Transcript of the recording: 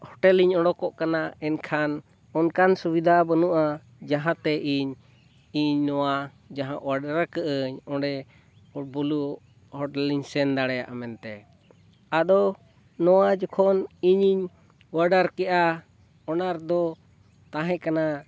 ᱦᱳᱴᱮᱞᱤᱧ ᱚᱰᱚᱠᱚᱜ ᱠᱟᱱᱟ ᱮᱱᱠᱷᱟᱱ ᱚᱱᱠᱟᱱ ᱥᱩᱵᱤᱫᱷᱟ ᱵᱟᱹᱱᱩᱜᱼᱟ ᱡᱟᱦᱟᱸᱛᱮ ᱤᱧ ᱤᱧ ᱱᱚᱣᱟ ᱡᱟᱦᱟᱸ ᱚᱰᱟᱨ ᱟᱠᱟᱫ ᱟᱹᱧ ᱚᱸᱰᱮ ᱵᱩᱞᱩ ᱦᱳᱴᱮᱞᱤᱧ ᱥᱮᱱ ᱫᱟᱲᱮᱭᱟᱜᱼᱟ ᱢᱮᱱᱛᱮ ᱟᱫᱚ ᱱᱚᱣᱟ ᱡᱚᱠᱷᱚᱱ ᱤᱧᱤᱧ ᱚᱰᱟᱨ ᱠᱮᱜᱼᱟ ᱚᱱᱟ ᱨᱮᱫᱚ ᱛᱟᱦᱮᱸ ᱠᱟᱱᱟ